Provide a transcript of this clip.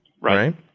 Right